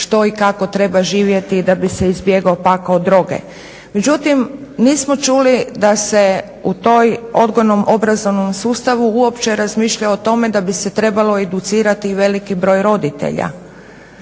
što i kako treba živjeti da bi se izbjegao pakao druge. Međutim, nismo čuli da se u toj odgojno-obrazovnom sustavu uopće razmišlja o tome da bi se trebalo educirati i veliki broj roditelja.